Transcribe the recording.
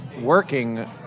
working